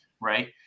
Right